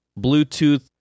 Bluetooth